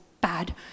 bad